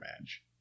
match